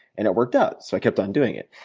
and it worked out so i kept on doing it.